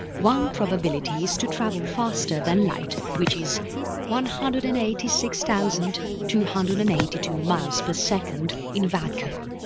one probability is to travel faster than light which is one hundred and eighty six thousand two hundred and eighty two miles per second in vacuum.